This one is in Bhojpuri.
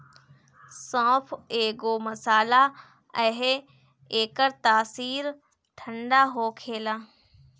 सौंफ एगो मसाला हअ एकर तासीर ठंडा होखेला